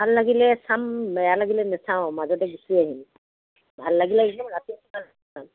ভাল লাগিলে চাম বেয়া লাগিলে নাচাওঁ মাজতে গুচি আহিম ভাল লাগিলে একদম ৰাতিপুৱা